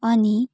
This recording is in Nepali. अनि